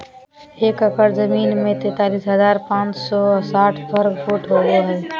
एक एकड़ जमीन में तैंतालीस हजार पांच सौ साठ वर्ग फुट होबो हइ